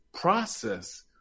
process